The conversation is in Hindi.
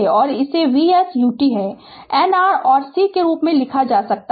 और इसे V s ut है n R और C के रूप में लिखा जा सकता है